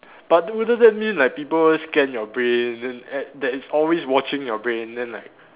but wouldn't that mean like people scan your brain then and that is always watching your brain then like